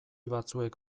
batzuek